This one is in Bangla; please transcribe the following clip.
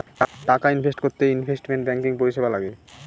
টাকা ইনভেস্ট করতে ইনভেস্টমেন্ট ব্যাঙ্কিং পরিষেবা লাগে